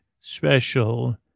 special